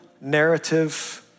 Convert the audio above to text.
narrative